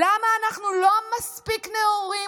למה אנחנו לא מספיק נאורים,